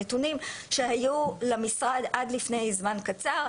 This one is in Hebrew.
הנתונים שהיו למשרד עד לפני זמן קצר,